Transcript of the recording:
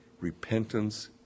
Repentance